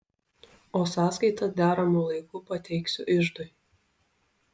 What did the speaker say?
o sąskaitą deramu laiku pateiksiu iždui